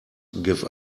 give